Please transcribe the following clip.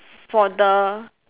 for the